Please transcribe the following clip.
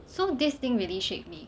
so this thing really shake me